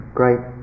great